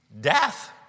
death